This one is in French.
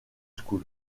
school